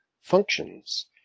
functions